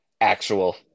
actual